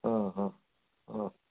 हां हां हं